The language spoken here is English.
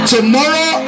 Tomorrow